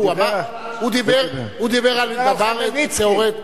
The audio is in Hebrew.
הוא דיבר על חמלניצקי.